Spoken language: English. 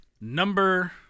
Number